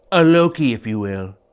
a loki, if you will.